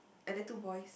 and they're two boys